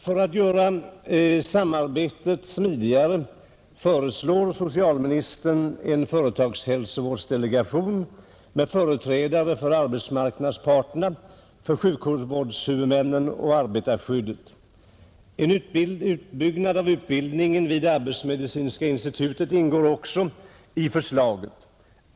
För att göra samarbetet smidigare föreslår socialministern en företagshälsovårdsdelegation med företrädare för arbetsmarknadsparterna, sjukvårdshuvudmännen och arbetarskyddet. En utbyggnad av utbildningen vid arbetsmedicinska instituet ingår också i förslaget.